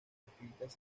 escritas